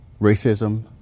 racism